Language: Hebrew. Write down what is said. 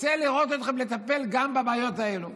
בבקשה, רוצה לראות אתכם מטפלים גם בבעיות האלה.